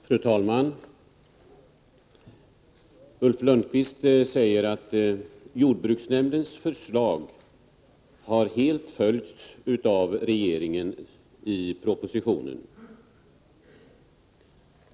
Fru talman! Ulf Lönnqvist säger att jordbruksnämndens förslag har helt följts av regeringen i propositionen.